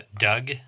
Doug